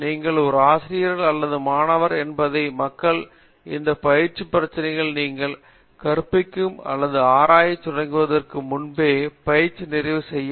நீங்கள் ஒரு ஆசிரியர் அல்லது மாணவர் என்பதை மக்கள் இந்த பயிற்சி பிரச்சினைகளை நீங்கள் கற்பிக்கும் அல்லது ஆராயத் தொடங்குவதற்கு முன்பே பயிற்சி நிறைவு செய்ய வேண்டும்